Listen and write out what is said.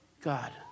God